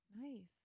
nice